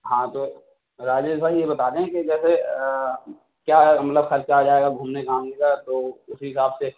ہاں تو راجیش بھائی یہ بتا دیں کہ جیسے کیا ہے ہم لوگ خرچا آ جائے گا گھومنے گھامنے کا تو اُسی حساب سے